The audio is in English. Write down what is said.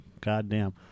goddamn